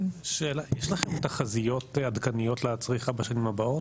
שאלה, יש לך תחזיות עדכניות לצריכה בשנים הבאות?